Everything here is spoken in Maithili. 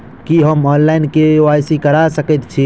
की हम ऑनलाइन, के.वाई.सी करा सकैत छी?